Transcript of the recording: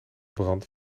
brand